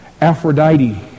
Aphrodite